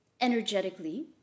energetically